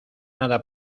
nada